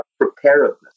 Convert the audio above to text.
preparedness